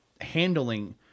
handling